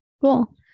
Cool